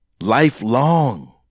lifelong